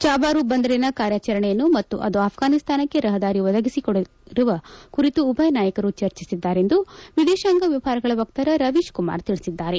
ಚಾಬಾರು ಬಂದರಿನ ಕಾರ್ಯಾಚರಣೆಯನ್ನು ಮತ್ತು ಅದು ಆಫ್ಫಾನಿಸ್ತಾನಕ್ಕೆ ರಹದಾರಿ ಒದಗಿಸಿಕೊಡಲಿರುವ ಕುರಿತು ಉಭಯ ನಾಯಕರು ಚರ್ಚಿಸಿದ್ದಾರೆ ಎಂದು ವಿದೇಶಾಂಗ ವ್ಯವಹಾರಗಳ ವಕ್ತಾರ ರವೀಶ್ ಕುಮಾರ್ ತಿಳಿಸಿದ್ದಾರೆ